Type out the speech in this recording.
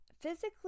physically